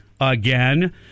again